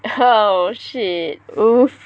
oh shit !oof!